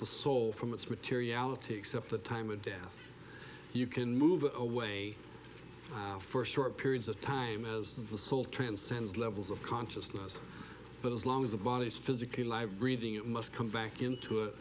the soul from its materiality except the time of death you can move away for short periods of time as the soul transcends levels of consciousness but as long as the body is physically live breathing it must come back into it